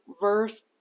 verse